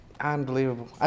Unbelievable